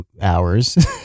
hours